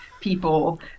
people